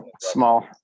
small